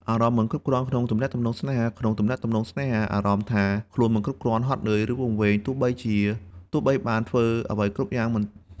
អារម្មណ៍មិនគ្រប់គ្រាន់ ក្នុងទំនាក់ទំនងស្នេហាក្នុងទំនាក់ទំនងស្នេហា អារម្មណ៍ថាខ្លួនមិនគ្រប់គ្រាន់ ហត់នឿយ ឬវង្វេង ទោះបីបានធ្វើអ្វីគ្រប់យ៉ាងត្រឹមត្រូវហើយក្តី ក៏អាចកើតឡើងបានដែរ